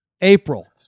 April